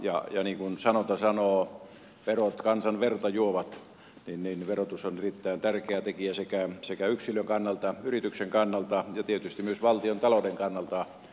ja niin kuin sanonta sanoo verot kansan verta juovat niin verotus on erittäin tärkeä tekijä sekä yksilön kannalta yrityksen kannalta ja tietysti myös valtiontalouden kannalta